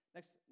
Next